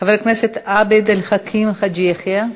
חבר הכנסת עבד אל חכים חאג' יחיא.